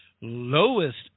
lowest